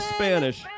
Spanish